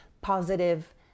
positive